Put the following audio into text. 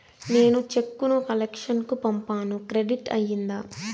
నేను చెక్కు ను కలెక్షన్ కు పంపాను క్రెడిట్ అయ్యిందా